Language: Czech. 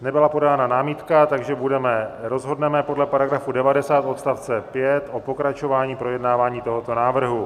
Nebyla podána námitka, takže rozhodneme podle § 90 odst. 5 o pokračování projednávání tohoto návrhu.